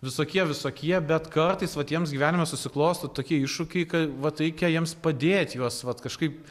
visokie visokie bet kartais vat jiems gyvenime susiklosto tokie iššūkiai vat reikia jiems padėti juos vat kažkaip